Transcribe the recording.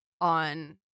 on